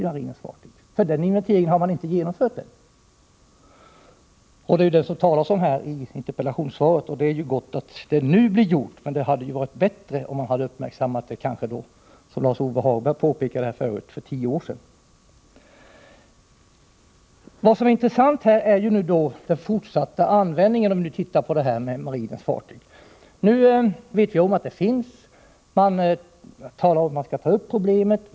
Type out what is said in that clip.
En sådan inventering har inte genomförts, men nu omtalas en sådan i interpellationssvaret. Det är gott och väl att detta blir gjort nu, men det hade självfallet varit bättre om frågan hade uppmärksammats, som Lars-Ove Hagberg påpekade, för tio år sedan. Vad som är intressant när det gäller marinens fartyg är den fortsatta användningen av asbest. Vi vet nu att det finns asbest i fartygen, och det talas om att man skall ta itu med detta problem.